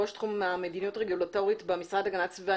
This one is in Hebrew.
ראש תחום מדיניות רגולטורית במשרד להגנת הסביבה,